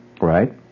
right